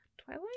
Twilight